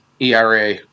ERA